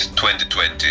2020